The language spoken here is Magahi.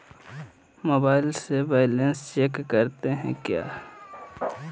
मोबाइल से बैलेंस चेक करते हैं क्या?